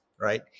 right